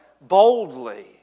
boldly